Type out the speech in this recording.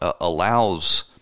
allows